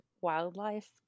wildlife